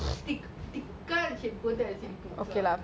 you said scary